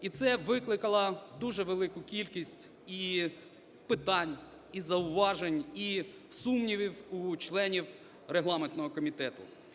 І це викликало дуже велику кількість і питань, і зауважень, і сумнівів у членів регламентного комітету.